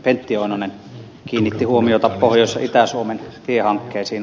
pentti oinonen kiinnitti huomiota pohjois ja itä suomen tiehankkeisiin